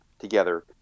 together